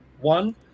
one